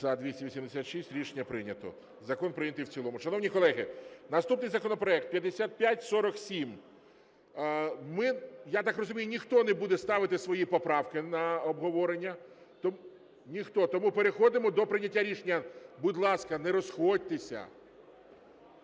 За-286 Рішення прийнято. Закон прийнятий в цілому. Шановні колеги, наступний законопроект - 5547. Я так розумію, ніхто не буде ставити свої поправки на обговорення? Ніхто. Тому переходимо до прийняття рішення. Будь ласка, не розходьтеся.